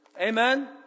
Amen